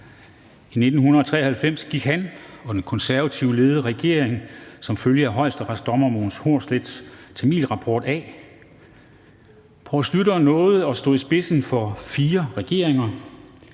I 1993 gik han og den konservativt ledede regering af som følge af højesteretsdommer Mogens Hornslets tamilrapport. Poul Schlüter nåede at stå i spidsen for fire regeringer.